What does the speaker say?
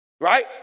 Right